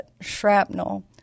shrapnel